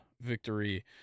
victory